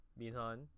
Minhan